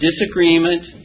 disagreement